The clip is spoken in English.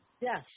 Yes